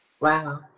Wow